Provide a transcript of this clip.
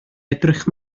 edrych